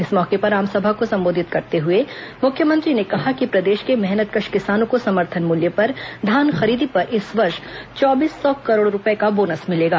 इस मौके पर आमसभा को सम्बोधित करते हुए मुख्यमंत्री ने कहा कि प्रदेश के मेहनतकश किसानों को समर्थन मूल्य पर धान खरीदी पर इस वर्ष चौबीस सौ करोड़ रूपए का बोनस मिलेगा